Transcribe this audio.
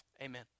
Amen